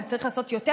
אבל צריך לעשות יותר,